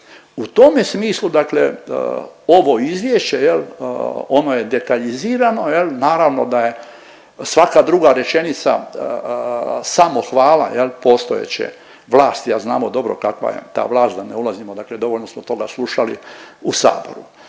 U tome smislu dakle ovo izvješće jel, ono je detaljizirano jel, naravno da je svaka druga rečenica samohvala jel postojeće vlasti, a znamo dobro kakva je ta vlast, da ne ulazimo dakle dovoljno smo toga slušali u saboru.